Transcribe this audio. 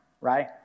right